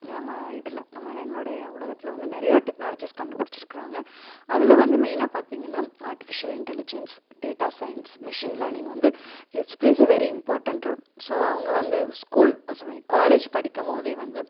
நம்ம இதில் நம்ம என்னோடைய உலகத்தில் வந்து நிறைய டெக்னாலஜிஸ் கண்டுபிடிச்சி இருக்கிறாங்க அதில் வந்து மெயினாக பார்த்திங்கன்னா artificial intelligence data science machine learning வந்து it's plays a very important role so அவங்க வந்து ஸ்கூல் சாரீ காலேஜ் படிக்கபோதே வந்து